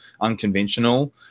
unconventional